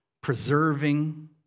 preserving